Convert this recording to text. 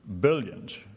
billions